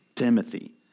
Timothy